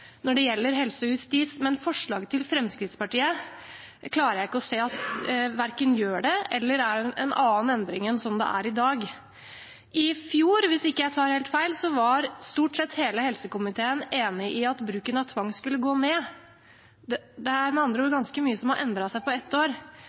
når det gjelder helse og justis. Men forslaget til Fremskrittspartiet klarer jeg ikke å se at verken gjør det eller er en endring, noe annet enn sånn det er i dag. I fjor, hvis jeg ikke tar helt feil, var stort sett hele helsekomiteen enig i at bruken av tvang skulle gå ned. Det er med andre ord